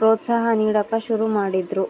ಪ್ರೋತ್ಸಾಹ ನೀಡಕ ಶುರು ಮಾಡಿದ್ರು